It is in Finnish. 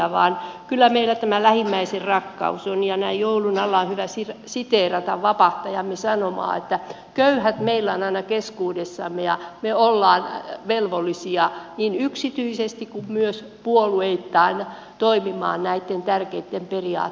kyllä meillä tämä lähimmäisen rakkaus on ja näin joulun alla on hyvä siteerata vapahtajamme sanomaa että köyhät meillä on aina keskuudessamme ja me olemme velvollisia niin yksityisesti kuin myös puolueittain toimimaan näiden tärkeiden periaatteiden mukaisesti